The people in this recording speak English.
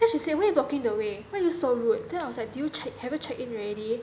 then she say why are you blocking the way why are you so rude then I was like do you check have you check in already